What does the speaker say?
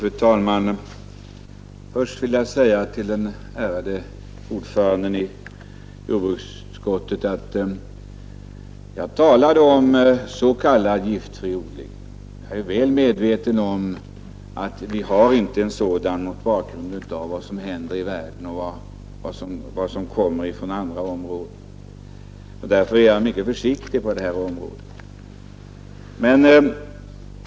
Fru talman! Först vill jag till den ärade ordföranden i jordbruksutskottet säga att jag talade om s.k. giftfri odling. Jag är väl medveten om att det inte finns någon helt giftfri odling, detta mot bakgrunden av vad som händer i världen och vad som kommer hit från andra länder. Därför är jag mycket försiktig på detta område.